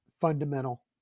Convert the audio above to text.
fundamental